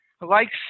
likes